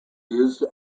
used